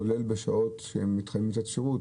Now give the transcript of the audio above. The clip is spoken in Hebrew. כולל בשעות שהם נדרשים לתת שירות,